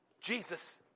Jesus